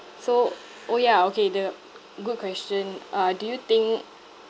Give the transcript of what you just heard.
so orh ya okay the good question uh do you think